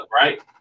Right